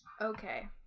Okay